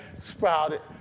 sprouted